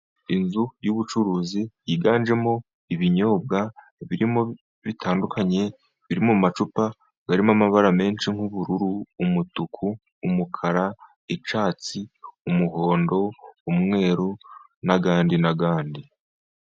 Inzu y'ubucuruzi yiganjemo ibinyobwa birimo bitandukanye, biri mu macupa arimo amabara menshi nk'ubururu, umutuku, umukara, icyatsi, umuhondo, umweru n'ayandi n'ayandi.